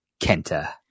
Kenta